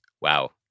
wow